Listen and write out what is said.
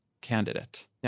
candidate